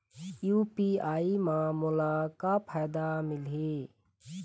UPI म मोला का फायदा मिलही?